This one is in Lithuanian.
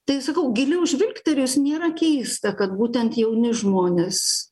tai sakau giliau žvilgterėjus nėra keista kad būtent jauni žmonės